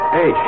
Hey